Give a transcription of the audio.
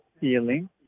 feeling